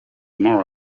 more